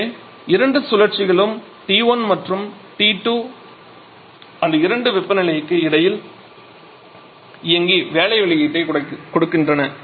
எனவே இரண்டு சுழற்சிகளும் T1 மற்றும் T2 என்ற அந்த 2 தேக்க வெப்பநிலைக்கு இடையில் இயங்கி வேலை வெளியீட்டைக் கொடுக்கின்றன